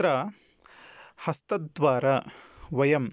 तत्र हस्तद्वारा वयम्